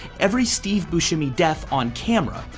every steve buscemi death on camera.